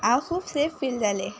हांव खूब safe feel जालें